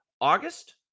August